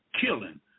killing